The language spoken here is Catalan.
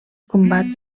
combats